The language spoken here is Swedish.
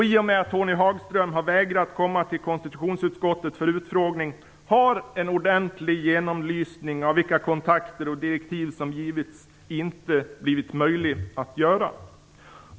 I och med att Tony Hagström har vägrat komma till konstitutionsutskottet för utfrågning har en ordentlig genomlysning av vilka kontakter som tagits och vilka direktiv som givits inte blivit möjlig att göra.